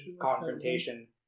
confrontation